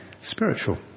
spiritual